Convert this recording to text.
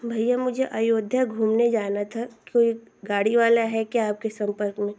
भैया मुझे अयोध्या घूमने जाना था कोई गाड़ी वाला है क्या आपके सम्पर्क में